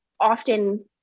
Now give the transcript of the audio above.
often